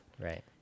right